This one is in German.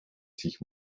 sich